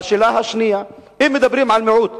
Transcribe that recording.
השאלה השנייה: אם מדברים על מיעוט,